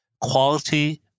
quality